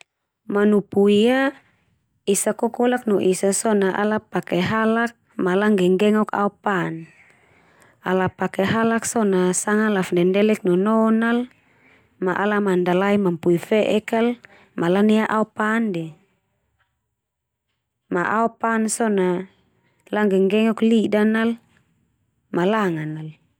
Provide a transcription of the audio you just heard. Manupui ia esa kokolak no esa so na ala pake halak, ma langgenggengok aopan. Ala pake halak so, na sanga lafandedek nonon al ma ala mandalay manupui fe'ek kal, ma lanea aopan ndia. Ma aopan so na langgenggeok lidan al ma langan al.